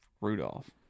Rudolph